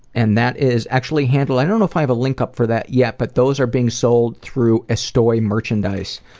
and that is actually handled i don't know if i have a link up for that yet, but those are being sold through estoy merchandise,